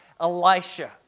Elisha